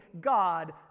God